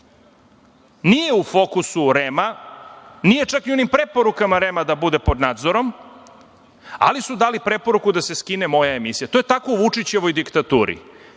nije u fokusu REM-a, nije čak ni u onim preporukama REM-a, da bude pod nadzorom, ali su dali preporuku da se skine moja emisija. To je tako u Vučićevoj diktaturi.